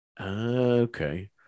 Okay